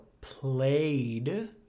played